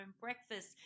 breakfast